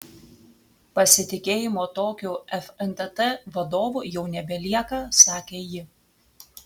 pasitikėjimo tokiu fntt vadovu jau nebelieka sakė ji